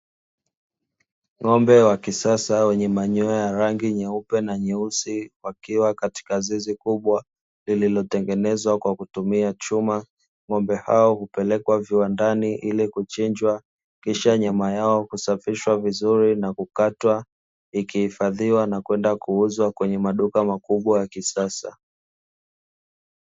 Ng’ombe wa kisasa wenye manyoya ya rangi nyeupe na nyeusi, wakiwa ktika zizi kubwa lililotengenezwa kwa kutumia chuma, ng’ombe hao hupelekwa viwandani ili kuchinjwa kisha nyama yao husafishwa vizuri na kukatwa, ikihifadhiwa na kwenda kuuzwa kwenye maduka makubwa ya kisasa.